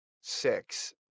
six